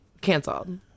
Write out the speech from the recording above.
Canceled